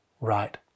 right